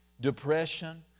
depression